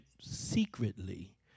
secretly